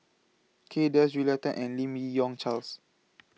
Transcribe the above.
Kay Das Julia Tan and Lim Yi Yong Charles